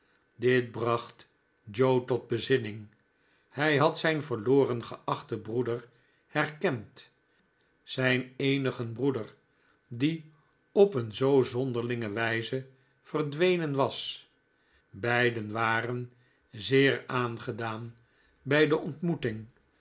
dit bracht joe tot bezinning hij had zijn verloren geachten broeder herkend zijn eenigen breeder die op eene zoo zonderlinge wijze verdwenen was beiden waren zeer aangedaan bij de ontmoeting